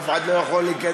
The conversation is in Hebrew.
אף אחד לא יכול להיכנס,